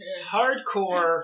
hardcore